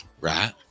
Right